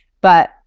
but-